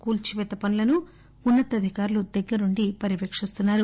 కూల్సివేత పనులను ఉన్నతాధికారులు దగ్గరుండి పర్యవేకిస్తున్నారు